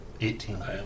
Eighteen